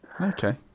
Okay